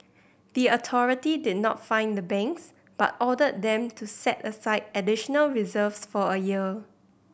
the authority did not fine the banks but ordered them to set aside additional reserves for a year